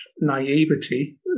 naivety